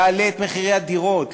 יעלה את מחירי הדירות,